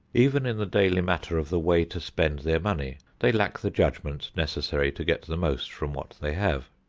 even in the daily matter of the way to spend their money, they lack the judgment necessary to get the most from what they have.